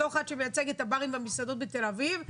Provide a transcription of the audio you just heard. בתור אחד שמייצג את הברים והמסעדות בתל אביב,